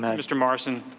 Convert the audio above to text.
mr. morrison,